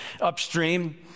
upstream